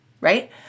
right